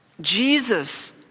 Jesus